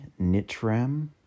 Nitram